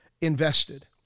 invested